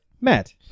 Matt